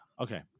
okay